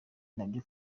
nabyo